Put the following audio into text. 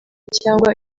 cyangwa